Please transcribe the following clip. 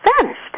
vanished